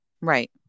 right